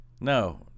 no